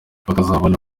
bakazabona